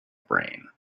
brain